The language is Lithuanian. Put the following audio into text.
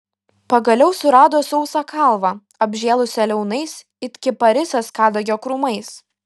pagaliau surado sausą kalvą apžėlusią liaunais it kiparisas kadagio krūmais